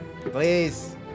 Please